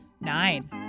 Nine